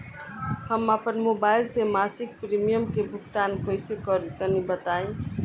हम आपन मोबाइल से मासिक प्रीमियम के भुगतान कइसे करि तनि बताई?